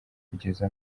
kugeza